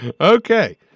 Okay